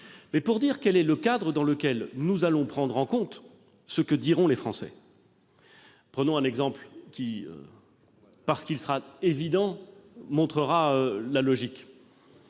mais pour dire quel est le cadre dans lequel nous allons prendre en compte ce que diront les Français. Je vais vous donner un exemple, qui, parce qu'il est évident, illustrera cette logique.